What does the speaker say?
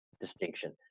distinction